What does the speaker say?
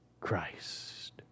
Christ